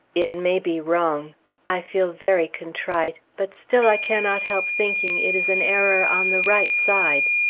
it may be wrong i feel very contrite but still i cannot help thinking it is an error on the right side.